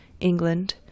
England